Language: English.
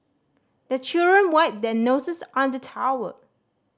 the children wipe their noses on the towel